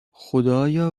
خدایا